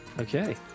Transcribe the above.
Okay